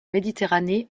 méditerranée